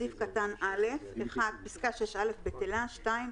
בסעיף קטן (א): (1) פסקה (6א) בטלה; (2)